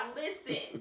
listen